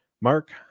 Mark